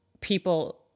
people